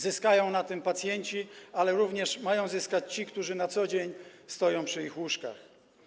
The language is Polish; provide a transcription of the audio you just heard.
Zyskają na tym pacjenci, ale również mają zyskać ci, którzy na co dzień stoją przy ich łóżkach.